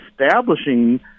establishing